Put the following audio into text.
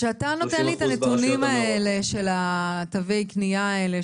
כשאתה נותן לי את הנתונים של תווי הקנייה האלה